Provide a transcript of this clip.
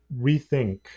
rethink